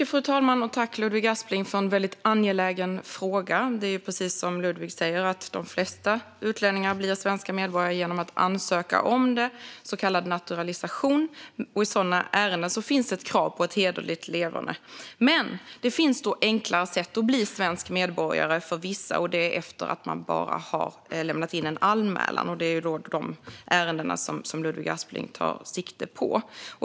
Fru talman! Tack, Ludvig Aspling, för en väldigt angelägen fråga! Det är precis som Ludvig säger: De flesta utlänningar blir svenska medborgare genom att ansöka om det, så kallad naturalisation. I sådana ärenden finns det ett krav på ett hederligt leverne. Men det finns enklare sätt att bli svensk medborgare för vissa, efter att bara ha lämnat in en anmälan, och det är dessa ärenden Ludvig Aspling tar sikte på.